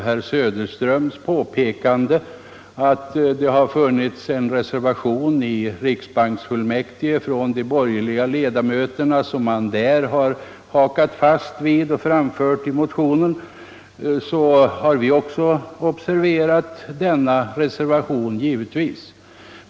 Herr Söderström påpekade att det i riksbanksfullmäktige förelåg en reservation från de borgerliga ledamöterna, vilken moderaterna fört vidare i sin motion.